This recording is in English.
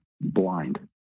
blind